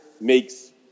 makes